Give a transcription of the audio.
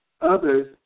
others